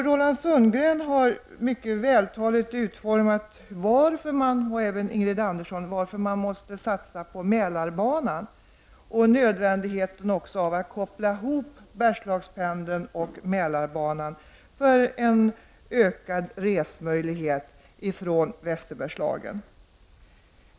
Roland Sundgren och även Ingrid Andersson har mycket vältaligt beskrivit varför man måste satsa på Mälarbanan och varför det är nödvändigt att koppla ihop Bergslagspendeln och Mälarbanan i syfte att få en förbättrad resmöjlighet från Västerbergslagen.